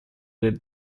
del